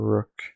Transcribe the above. Rook